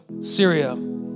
Syria